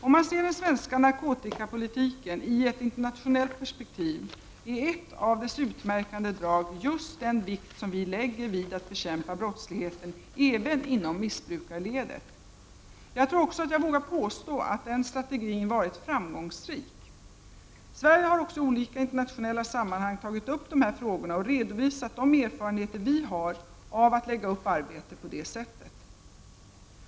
Om man ser den svenska narkotikapolitiken i ett internationellt perspektiv är ett av dess utmärkande drag just den vikt som vi lägger vid att bekämpa brottsligheten även inom missbrukarledet. Jag tror också att jag vågar påstå att den strategin varit framgångsrik. Sverige har också i olika internationella sammanhang tagit upp de här frågorna och redovisat de erfarenheter vi har av att lägga upp arbetet på detta sätt.